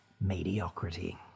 mediocrity